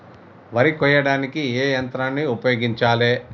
వరి కొయ్యడానికి ఏ యంత్రాన్ని ఉపయోగించాలే?